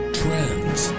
trends